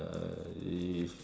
uh if